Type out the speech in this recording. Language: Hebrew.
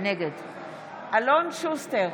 אלון שוסטר,